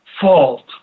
fault